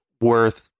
worth